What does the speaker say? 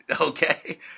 Okay